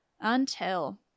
Until